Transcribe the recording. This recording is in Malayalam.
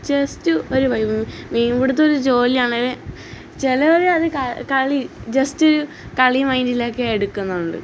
ജസ്റ്റ് ഒരു വൈബ് മീൻ പിടുത്തം ഒരു ജോലിയാണെങ്കിലും ചിലരത് അതു ക കളി ജസ്റ്റ് കളി മൈൻറ്റിലൊക്കെ എടുക്കുന്നുള്ള